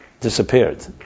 disappeared